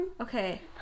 Okay